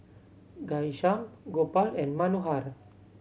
Ghanshyam Gopal and Manohar